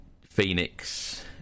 phoenix